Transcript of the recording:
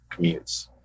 commutes